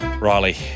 Riley